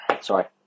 sorry